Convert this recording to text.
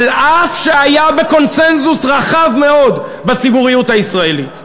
אף שהוא היה בקונסנזוס רחב מאוד בציבוריות הישראלית.